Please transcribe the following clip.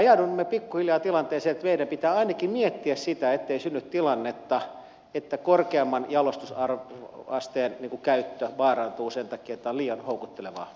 me ajaudumme pikkuhiljaa tilanteeseen että meidän pitää ainakin miettiä sitä ettei synny tilannetta että korkeamman jalostusasteen käyttö vaarantuu sen takia että on liian houkuttelevaa polttaa puuta